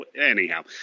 Anyhow